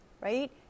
right